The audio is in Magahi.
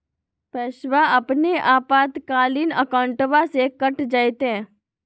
पैस्वा अपने आपातकालीन अकाउंटबा से कट जयते?